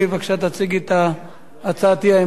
תציגי את הצעת האי-אמון שלך.